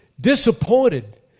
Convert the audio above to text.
disappointed